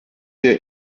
der